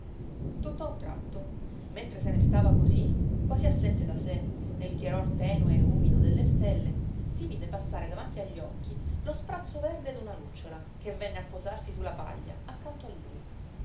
vergognava tutt'a un tratto mentre se ne stava cosí quasi assente da sé nel chiaror tenue e umido delle stelle si vide passare davanti agli occhi lo sprazzo verde d'una lucciola che venne a posarsi su la paglia accanto a lui